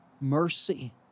mercy